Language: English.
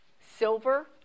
silver